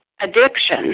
addiction